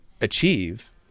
achieve